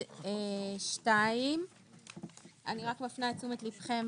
בעמוד 2. אני רק מפנה את תשומת ליבכם